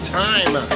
time